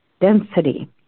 density